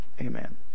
Amen